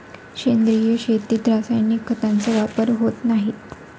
सेंद्रिय शेतीत रासायनिक खतांचा वापर होत नाही